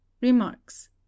remarks